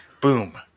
boom